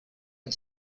and